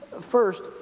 First